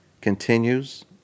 continues